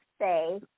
say